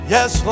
Yes